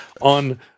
on